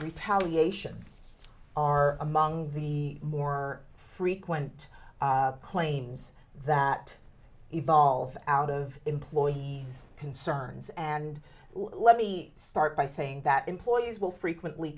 palliation are among the more frequent claims that evolve out of employee concerns and let me start by saying that employees will frequently